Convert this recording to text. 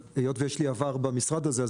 היות ויש לי עבר במשרד הזה,